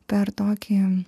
per tokį